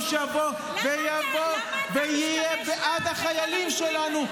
במקום שיבוא ויהיה בעד החיילים שלנו,